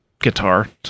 guitar